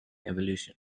evolution